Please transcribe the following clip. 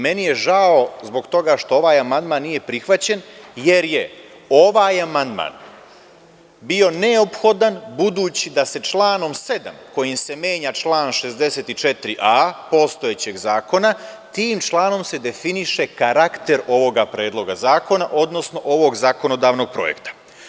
Meni je žao zbog toga što ovaj amandman nije prihvaćen, jer je ovaj amandman bio neophodan, budući da se članom 7. kojim se menja član 64a postojećeg zakona, tim članom se definiše karakter ovog Predloga zakona, odnosno ovog zakonodavnog projekta.